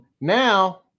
Now